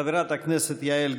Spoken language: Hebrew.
של חברת הכנסת יעל גרמן.